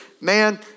Man